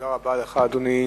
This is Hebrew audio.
תודה רבה לך, אדוני.